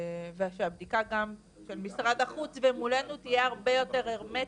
ושהבדיקה גם של משרד החוץ ומולנו תהיה הרבה יותר הרמטית,